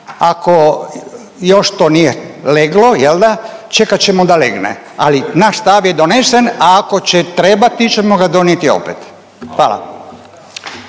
ako još to nije leglo jel da, čekat ćemo da legne, ali naš stav je donesen, a ako će trebat ićmo ga donijeti opet. Hvala.